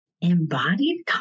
Embodied